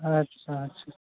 अच्छा अच्छा